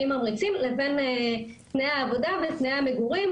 ממריצים לבין תנאי העבודה ותנאי המגורים,